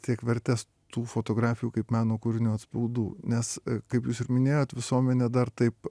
tiek vertes tų fotografijų kaip meno kūrinių atspaudų nes kaip jūs ir minėjot visuomenė dar taip